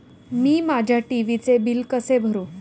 मी माझ्या टी.व्ही चे बिल कसे भरू?